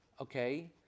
Okay